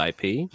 IP